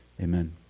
Amen